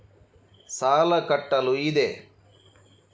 ಸಾಲ ಕಟ್ಟಲು ಇದೆ